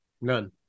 None